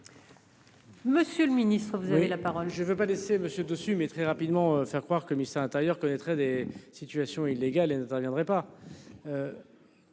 Monsieur le Ministre, vous avez la parole. Je ne veux pas laisser monsieur dessus mais très rapidement faire croire que Moussa intérieur connaîtraient des situations illégales interviendrait pas.